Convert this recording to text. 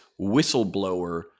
whistleblower